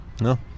No